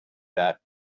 that